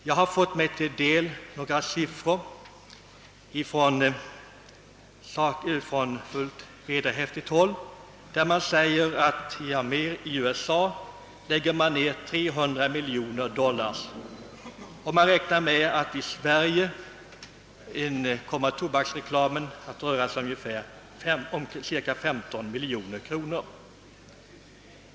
Jag har några siffror från fullt vederhäftigt håll, vilka visar att USA lägger ned 300 miljoner dollar, medan man räknar med att tobaksreklamen i Sverige rör sig om omkring 15 miljoner kronor.